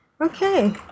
Okay